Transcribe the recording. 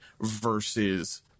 versus